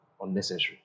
Unnecessary